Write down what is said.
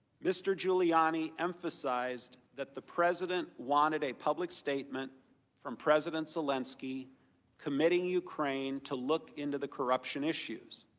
mr. giuliani emphasized that the president wanted a public statement from president zelensky committing ukraine to look into the corruption issues.